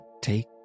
take